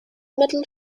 metal